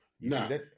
No